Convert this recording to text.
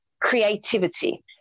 creativity